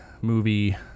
movie